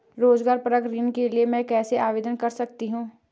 रोज़गार परक ऋण के लिए मैं कैसे आवेदन कर सकतीं हूँ?